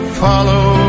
follow